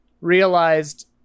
realized